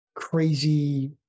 crazy